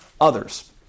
others